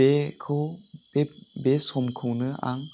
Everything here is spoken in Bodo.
बेखौ बे समखौनो आं